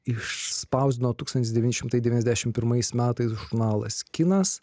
išspausdino tūkstantis devyni šimtai devyniasdešim pirmais metais žurnalas kinas